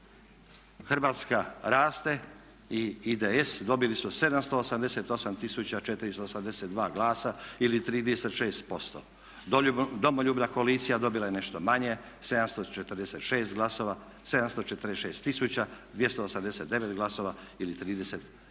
Hrvatska raste i IDS dobili su 788 482 glasa ili 36%, Domoljubna koalicija dobila je nešto manje 746 289 glasova ili 34%